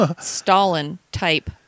Stalin-type